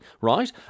right